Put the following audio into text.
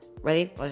Ready